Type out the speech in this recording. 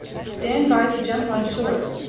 stand by to jump on shore!